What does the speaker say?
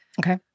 Okay